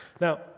Now